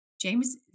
James